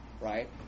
right